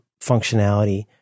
functionality